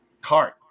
cart